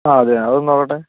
ആ അതെന്നെ അതൊന്ന് നോക്കട്ടെ